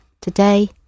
Today